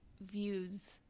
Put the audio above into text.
views